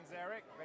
Eric